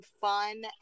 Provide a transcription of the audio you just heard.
fun